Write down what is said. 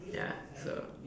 ya so